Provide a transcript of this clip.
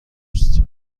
است